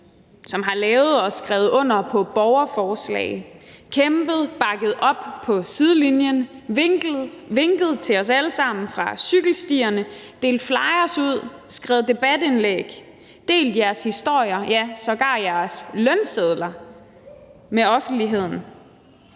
som har lavet og skrevet under på borgerforslag, kæmpet, bakket op på sidelinjen, vinket til os alle sammen fra cykelstierne, delt flyers ud, skrevet debatindlæg, delt jeres historier, ja sågar jeres lønsedler med offentligheden: